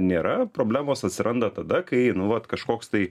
nėra problemos atsiranda tada kai nu vat kažkoks tai